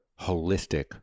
holistic